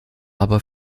aber